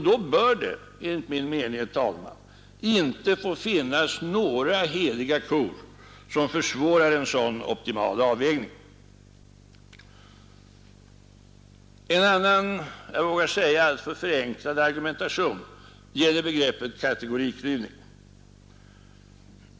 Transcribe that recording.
Då bör det enligt min mening, herr talman, inte få finnas några heliga kor som försvårar en sådan optimal avvägning. En annan, jag vågar säga alltför förenklad, argumentation gäller begreppet kategoriklyvning.